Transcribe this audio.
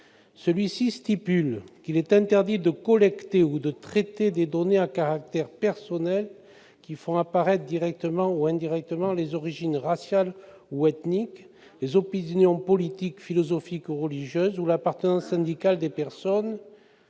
qui dispose :« Il est interdit de collecter ou de traiter des données à caractère personnel qui font apparaître, directement ou indirectement, les origines raciales ou ethniques, les opinions politiques, philosophiques ou religieuses ou l'appartenance syndicale des personnes,